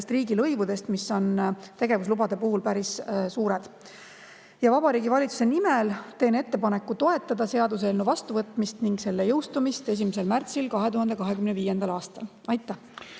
riigilõivudest, mis on tegevuslubade puhul päris suured. Vabariigi Valitsuse nimel teen ettepaneku toetada seaduseelnõu vastuvõtmist ning selle jõustumist 1. märtsil 2025. aastal. Aitäh!